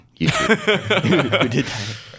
YouTube